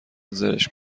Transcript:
زرشک